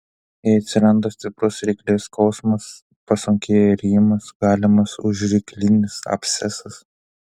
jei atsiranda stiprus ryklės skausmas pasunkėja rijimas galimas užryklinis abscesas